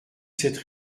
cette